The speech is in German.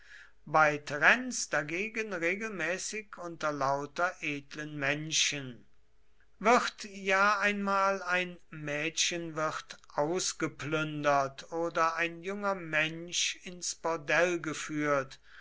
bei terenz dagegen regelmäßig unter lauter edlen menschen wird ja einmal ein mädchenwirt ausgeplündert oder ein junger mensch ins bordell geführt